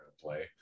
play